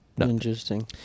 Interesting